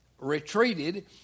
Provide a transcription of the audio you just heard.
retreated